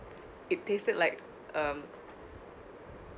it tasted like um